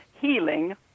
healing